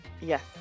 Yes